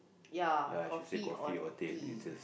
yeah coffee or tea